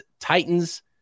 titans